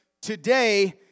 today